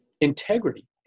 Integrity